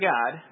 God